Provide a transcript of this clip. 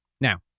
Now